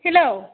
hello